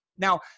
Now